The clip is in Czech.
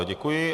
Děkuji.